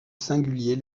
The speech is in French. singulier